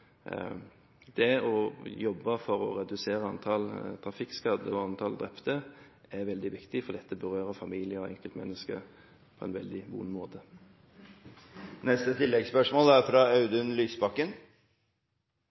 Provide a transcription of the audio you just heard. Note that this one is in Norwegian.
Det er veldig viktig å jobbe for å redusere antall trafikkskadde og antall drepte. Dette berører familier og enkeltmennesker på en veldig vond måte. Audun Lysbakken – til oppfølgingsspørsmål. Det er